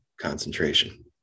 concentration